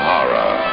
Horror